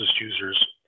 users